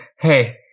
hey